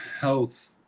health